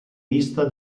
vista